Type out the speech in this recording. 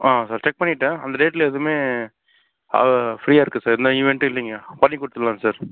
ஆ sir check பண்ணிட்டேன் அந்த டேட்டில் எதுவுமே ஃப்ரீயாக இருக்கு சார் எந்த ஈவெண்ட்டும் இல்லைங்க பண்ணி கொடுத்துட்லாம் சார்